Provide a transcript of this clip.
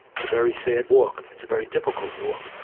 it's a very sad walk, it's a very difficult walk,